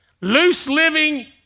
loose-living